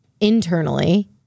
internally-